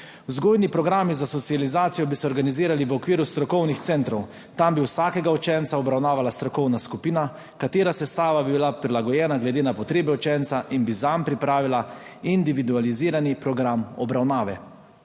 Vzgojni programi za socializacijo bi se organizirali v okviru strokovnih centrov. Tam bi vsakega učenca obravnavala strokovna skupina, katere sestava bi bila prilagojena glede na potrebe učenca in bi zanj pripravila individualizirani program obravnave.